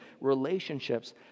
relationships